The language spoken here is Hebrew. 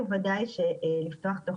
ואני קוראת לך לזמן ישיבה,